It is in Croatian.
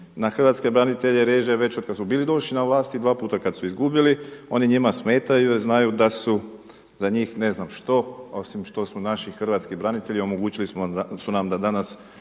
na hrvatske branitelje reže već od kad su bili došli na vlasti i dva puta kad su izgubili. Oni njima smetaju jer znaju da su za njih ne znam što, osim što su naši hrvatski branitelji i omogućili su nam da danas